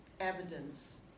evidence